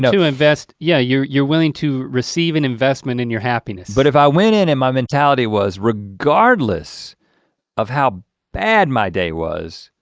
too invest. yeah, you're you're willing to receive an investment in your happiness. but if i went in and my mentality was regardless of how bad my day was,